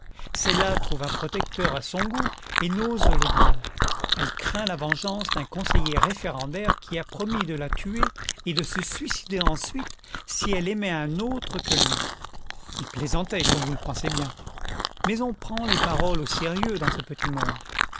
cellelà trouve un protecteur à son goût et n'ose le dire elle craint la vengeance d'un conseiller référendaire qui a promis de la tuer et de se suicider ensuite si elle aimait un autre que lui plaisantait comme vous pensez bien mais on prend les paroles au sérieux dans ce petit monde